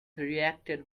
reacted